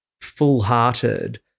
full-hearted